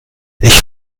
ich